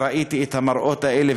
וראיתי את המראות האלה,